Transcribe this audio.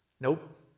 Nope